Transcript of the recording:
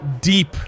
deep